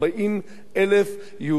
ל-40,000-35,000 יהודים,